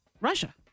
Russia